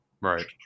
Right